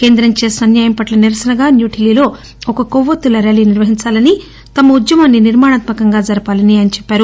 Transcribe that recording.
కేందం చేసిన అన్యాయం పట్ల నిరసనగా న్యూఢిల్లీలో ఒక కొవ్వొత్తుల ర్యాలీ నిర్వహించాలనీ తమ ఉద్యమాన్ని నిర్మాణాత్మకంగా జరపాలనీ ఆయన చెప్పారు